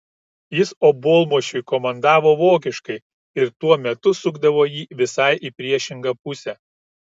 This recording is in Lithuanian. jis obuolmušiui komandavo vokiškai ir tuo metu sukdavo jį visai į priešingą pusę